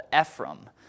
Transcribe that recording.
Ephraim